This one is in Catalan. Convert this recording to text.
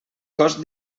cost